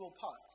parts